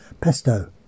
pesto